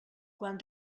quan